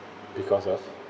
because of